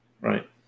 Right